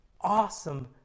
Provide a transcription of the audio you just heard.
awesome